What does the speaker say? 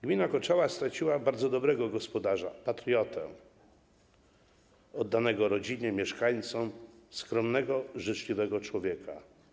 Gmina Koczała straciła bardzo dobrego gospodarza, patriotę oddanego rodzinie i mieszkańcom, skromnego, życzliwego człowieka.